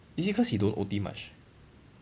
is it cause he don't O_T much